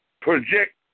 project